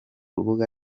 rubuga